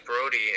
Brody